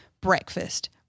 breakfast